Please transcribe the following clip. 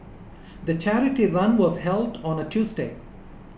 the charity run was held on a Tuesday